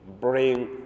bring